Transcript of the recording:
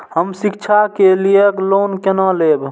हम शिक्षा के लिए लोन केना लैब?